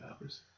hours